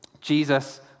Jesus